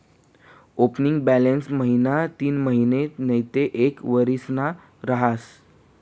opening balance महिना तीनमहिना नैते एक वरीसना रहास